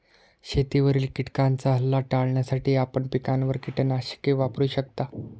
शेतावरील किटकांचा हल्ला टाळण्यासाठी आपण पिकांवर कीटकनाशके वापरू शकता